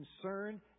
concern